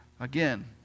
Again